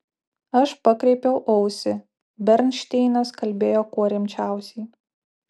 aš pakreipiau ausį bernšteinas kalbėjo kuo rimčiausiai